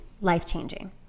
life-changing